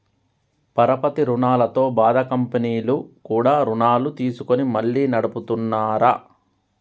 పరపతి రుణాలతో బాధ కంపెనీలు కూడా రుణాలు తీసుకొని మళ్లీ నడుపుతున్నార